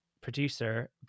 producer